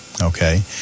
Okay